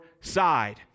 side